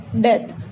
death